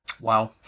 Wow